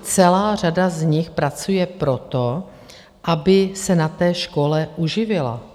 Celá řada z nich pracuje proto, aby se na té škole uživila.